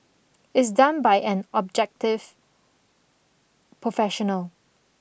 is done by an objective professional